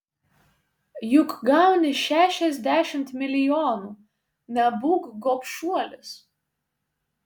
juk gauni šešiasdešimt milijonų nebūk gobšuolis